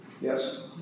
Yes